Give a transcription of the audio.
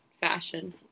fashion